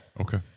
Okay